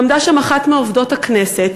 ועמדה שם אחת מעובדות הכנסת,